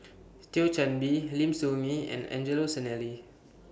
Thio Chan Bee Lim Soo Ngee and Angelo Sanelli